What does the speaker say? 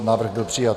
Návrh byl přijat.